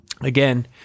again